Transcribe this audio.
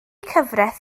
cyfraith